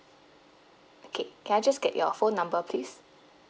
okay can I just get your phone number please